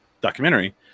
documentary